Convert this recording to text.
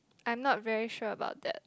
I'm not very sure about that